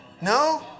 No